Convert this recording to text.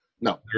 No